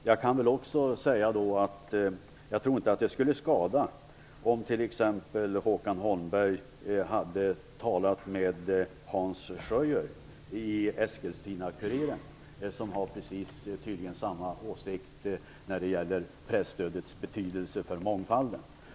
Jag tror inte att det skulle skada om t.ex. Håkan Holmberg hade talat med Hans Schöier på Eskilstuna-Kuriren, som tydligen har precis samma åsikt när det gäller presstödets betydelse för mångfalden.